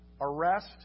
arrest